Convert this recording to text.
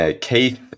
Keith